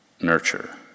nurture